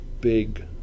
big